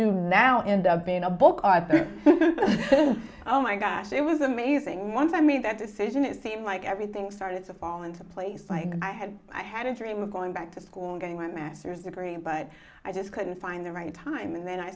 you end up being a book oh my gosh it was amazing once i made that decision it seemed like everything started to fall into place like i had i had a dream of going back to school and getting my master's degree but i just couldn't find the right time and then i